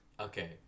okay